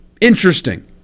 Interesting